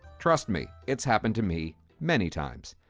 trust me, it's happened to me many times.